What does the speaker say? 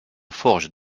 forge